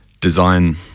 design